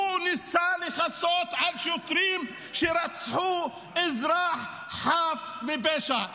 הוא ניסה לכסות על שוטרים שרצחו אזרח חף מפשע.